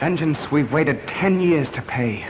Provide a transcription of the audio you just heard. vengeance we've waited ten years to pay